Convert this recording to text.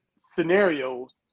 scenarios